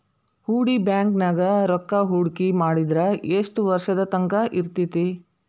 ಹೂಡಿ ಬ್ಯಾಂಕ್ ನ್ಯಾಗ್ ರೂಕ್ಕಾಹೂಡ್ಕಿ ಮಾಡಿದ್ರ ಯೆಷ್ಟ್ ವರ್ಷದ ತಂಕಾ ಇರ್ತೇತಿ?